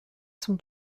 son